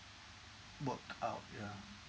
work out yeah